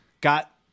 got